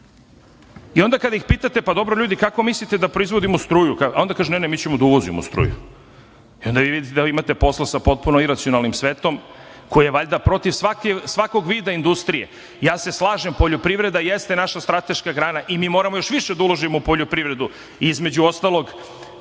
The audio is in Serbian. I onda kad ih pitate – pa dobro, ljudi, kako mislite da proizvodimo struju? A onda kaže – ne, ne, mi ćemo da uvozimo struju. Onda vidite da imate posla sa potpuno iracionalnim svetom, koji je valjda protiv svakog vida industrije. Slažem se, poljoprivreda jeste naša strateška grana i mi moramo još više da uložimo u poljoprivredu, između ostalog,